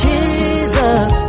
Jesus